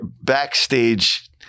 backstage